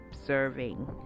observing